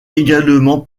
également